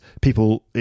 people